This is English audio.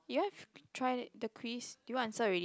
you have try the crisp did you answer already